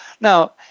Now